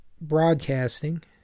Broadcasting